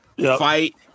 fight